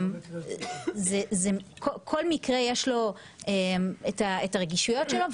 כל מקרה יש לו את הרגישויות שלו,